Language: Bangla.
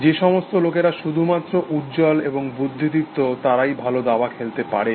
যে সমস্ত লোকেরা শুধুমাত্র উজ্জ্বল এবং বুদ্ধিদীপ্ত তারাই ভালো দাবা খেলতে পারে